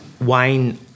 wine